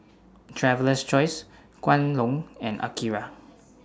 Traveler's Choice Kwan Loong and Akira